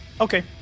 Okay